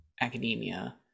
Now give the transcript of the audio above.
academia